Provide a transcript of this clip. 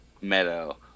meadow